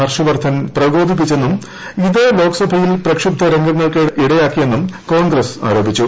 ഹർഷ് വർദ്ധൻ പ്രിക്ടോപിപ്പിച്ചെന്നും ഇത് ലോക്സഭയിൽ പ്രക്ഷുബ്ധ രംഗങ്ങൾക്കിടയാക്കിയെന്നും കോൺഗ്രസ് ആരോപിച്ചു